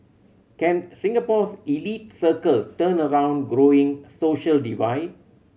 can Singapore's elite circle turn around growing social divide